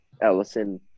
Ellison